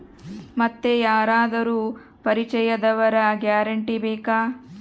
ಮತ್ತೆ ಯಾರಾದರೂ ಪರಿಚಯದವರ ಗ್ಯಾರಂಟಿ ಬೇಕಾ?